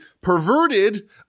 perverted